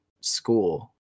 school